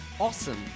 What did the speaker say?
Awesome